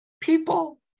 People